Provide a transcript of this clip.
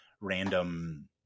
random